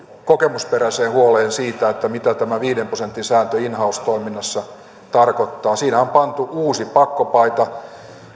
kokemusperäiseen huoleen siitä mitä tämä viiden prosentin sääntö in house toiminnassa tarkoittaa siinä on pantu uusi pakkopaita